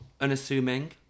unassuming